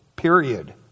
Period